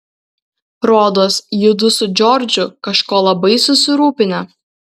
rodos judu su džordžu kažko labai susirūpinę